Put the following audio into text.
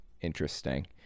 interesting